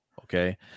Okay